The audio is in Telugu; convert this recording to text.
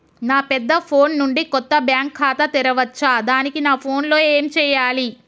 నా పెద్ద ఫోన్ నుండి కొత్త బ్యాంక్ ఖాతా తెరవచ్చా? దానికి నా ఫోన్ లో ఏం చేయాలి?